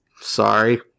Sorry